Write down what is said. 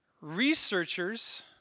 Researchers